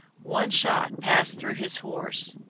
one shot passed through his horse,